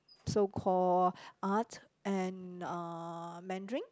so call Art and uh Mandarin